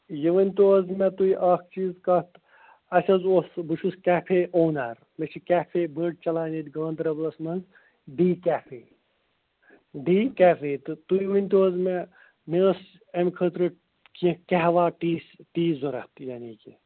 یہِ ؤنۍتو حظ مےٚ تُہۍ اکھ چیٖز کتھ اَسہِ حظ اوس بہٕ چھُس کیفے اونَر مےٚ چھِ کیفے بٔڈ چَلان ییٚتہِ گانٛدربَلَس مَنٛز ڈی کیفے ڈی کیفے تہٕ تُہۍ ؤنۍتو حظ مےٚ مےٚ ٲس اَمہِ خٲطرٕ کیٚنٛہہ قہوا ٹی ٹی ضروٗرت یعنی کہِ